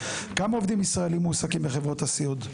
כמה עובדים ישראלים מועסקים בחברות הסיעוד?